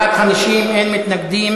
בעד, 50, אין מתנגדים,